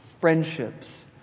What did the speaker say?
friendships